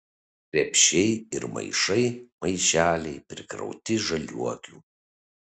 krepšiai ir maišai maišeliai prikrauti žaliuokių